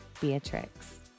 Beatrix